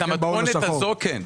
את המתכונת הזאת, כן.